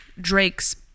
Drake's